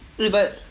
eh but